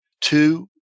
Two